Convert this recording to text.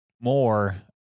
more